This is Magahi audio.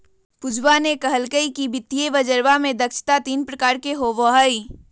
पूजवा ने कहल कई कि वित्तीय बजरवा में दक्षता तीन प्रकार के होबा हई